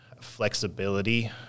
flexibility